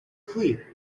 clear